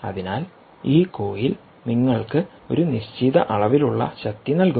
അതിനാൽ ഈ കോയിൽ നിങ്ങൾക്ക് ഒരു നിശ്ചിത അളവിലുള്ള ശക്തി നൽകുന്നു